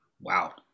Wow